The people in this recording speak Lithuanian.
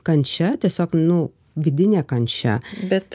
kančia tiesiog nu vidinė kančia bet